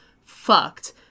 fucked